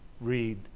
read